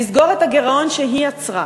לא לדברי, לסגור את הגירעון שהיא יצרה,